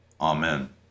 Amen